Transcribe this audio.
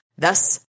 Thus